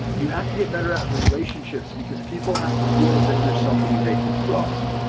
you have to get better at relationships because people have to feel as if you're somebody they can trust.